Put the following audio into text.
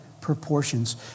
proportions